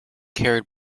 carried